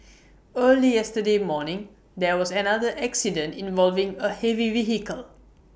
early yesterday morning there was an another accident involving A heavy vehicle